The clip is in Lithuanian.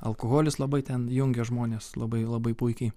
alkoholis labai ten jungia žmonės labai labai puikiai